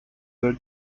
were